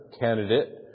candidate